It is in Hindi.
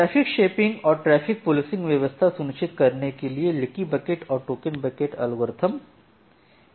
ट्रैफिक शेपिंग और ट्रैफिक पुलिसिंग व्यवस्था सुनिश्चित करने के लिए लीकी बकेट और टोकन बकेट एल्गोरिदम के बारे में हमने देखा